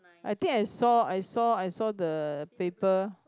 I think I saw I saw I saw the paper